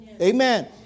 Amen